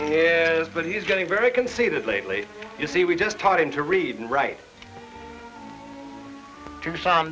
years but he's getting very conceited lately you see we just taught him to read and write to